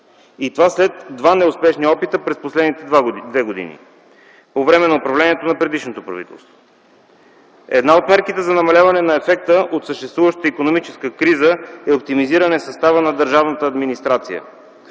И това – след два неуспешни опита през последните две години по време на управлението на предишното правителство. Една от мерките за намаляване на ефекта от съществуващата икономическа криза е оптимизиране състава на държавната администрация.